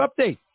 update